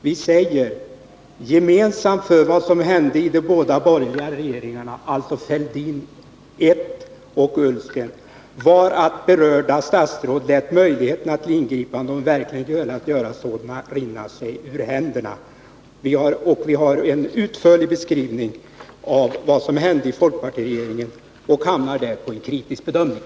Vi säger: ”Gemensamt för vad som hände i de båda borgerliga regeringarna”, alltså Fälldin I och Ullsten-regeringarna, ”var att berörda statsråd lät möjligheterna till ingripanden — om de verkligen velat göra sådana — rinna sig ur händerna.” Vi har gjort en utförlig beskrivning av vad som hände i folkpartiregeringen och har stannat för en kritisk bedömning.